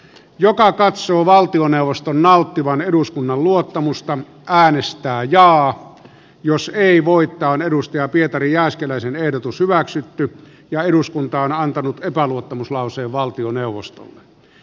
joka katsoo valtioneuvoston nauttivan eduskunnan luottamusta äänestää jaa jos ei voittaa on pietari jääskeläisen ehdotus hyväksytty ja eduskunta on antanut epäluottamuslauseen valtioneuvostolle